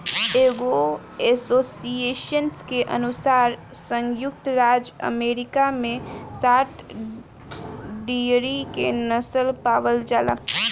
एगो एसोसिएशन के अनुसार संयुक्त राज्य अमेरिका में सात डेयरी के नस्ल पावल जाला